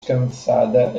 cansada